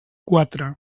quatre